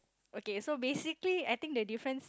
okay so basically I think the difference